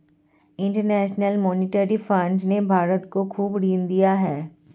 international monetary fund ने भारत को खूब ऋण दिया है